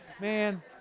Man